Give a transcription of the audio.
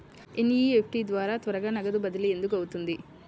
NEFT ద్వారా త్వరగా నగదు బదిలీ ఎందుకు అవుతుంది?